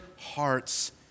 hearts